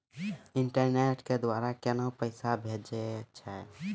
Internet के द्वारा केना पैसा भेजय छै?